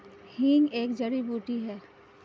हींग एक जड़ी बूटी है